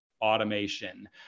automation